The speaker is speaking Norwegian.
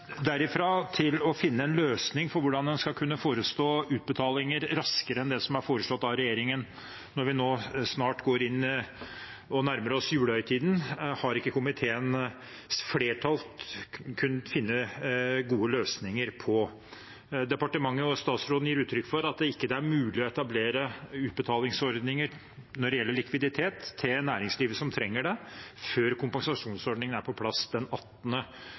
til det å finne en løsning på hvordan en skal kunne forestå utbetalinger raskere enn det som er foreslått av regjeringen, når vi nå nærmer oss julehøytiden, har ikke komiteens flertall lyktes med å finne gode løsninger på. Departementet og statsråden gir uttrykk for at det ikke er mulig å etablere utbetalingsordninger når det gjelder likviditet til næringslivet som trenger det, før kompensasjonsordningen er på plass den